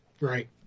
Right